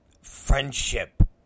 friendship